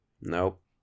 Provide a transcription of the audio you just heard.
Nope